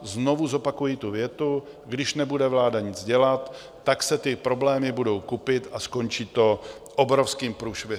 Znovu zopakuji tu větu: když nebude vláda nic dělat, tak se problémy budou kupit a skončí to obrovským průšvihem.